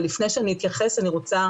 אבל לפני שאני אתייחס אני רוצה